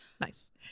Nice